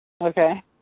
Okay